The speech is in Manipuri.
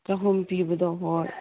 ꯆꯍꯨꯝ ꯄꯤꯕꯗꯣ ꯍꯣꯏ